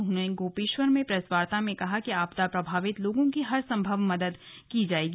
उन्होंने गोपेश्वर में प्रेस वार्ता में कहा कि आपदा प्रभावित लोगों की हर सम्भव मदद की जायेगी